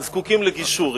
בבל"ד זקוקים לגישור.